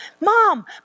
Mom